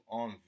on